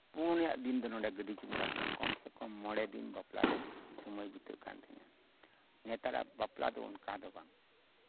ᱯᱩᱱᱟᱜ ᱫᱤᱱ ᱫᱚ ᱱᱚᱰᱮ ᱜᱤᱰᱤ ᱪᱩᱢᱟᱹᱲᱟ ᱦᱩᱭᱩᱜᱼᱟ ᱠᱚᱢ ᱥᱮ ᱠᱚᱢ ᱢᱚᱲᱮ ᱫᱤᱱ ᱵᱟᱯᱞᱟᱨᱮ ᱥᱚᱢᱚᱭ ᱵᱤᱛᱟᱹᱜ ᱠᱟᱱ ᱛᱟᱸᱦᱮᱜᱼᱟ ᱱᱮᱛᱟᱨᱟᱜ ᱵᱟᱯᱞᱟ ᱫᱚ ᱚᱱᱠᱟ ᱫᱚ ᱵᱟᱝ